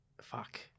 Fuck